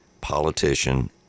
politician